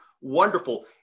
wonderful